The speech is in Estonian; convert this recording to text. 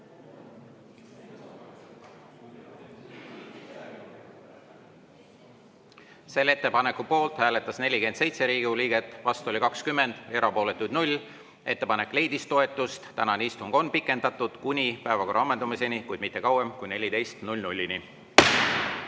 Selle ettepaneku poolt hääletas 47 Riigikogu liiget, vastu oli 20, erapooletuid 0. Ettepanek leidis toetust. Tänane istung on pikendatud kuni päevakorra ammendumiseni, kuid mitte kauem kui kella 14-ni.